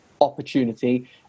opportunity